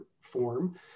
form